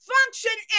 Function